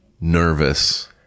nervous